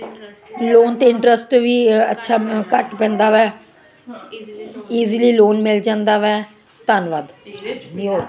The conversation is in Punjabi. ਲੋਨ 'ਤੇ ਇੰਟਰਸਟ ਵੀ ਅੱਛਾ ਘੱਟ ਪੈਂਦਾ ਵੈ ਈਜ਼ਲੀ ਲੋਨ ਮਿਲ ਜਾਂਦਾ ਵੈ ਧੰਨਵਾਦ